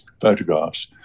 photographs